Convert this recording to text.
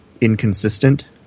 inconsistent